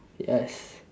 yes